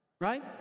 right